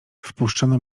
wpuszczono